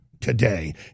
today